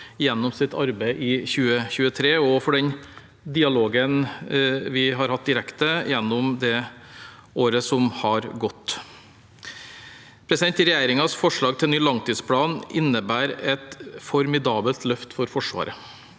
gjennom sitt arbeid i 2023 og for den dialogen vi har hatt direkte gjennom det året som har gått. Regjeringens forslag til ny langtidsplan innebærer et formidabelt løft for Forsvaret.